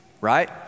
right